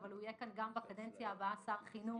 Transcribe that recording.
אבל הוא יהיה כאן גם בקדנציה הבאה שר חינוך,